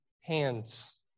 hands